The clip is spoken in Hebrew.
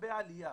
לגבי עלייה,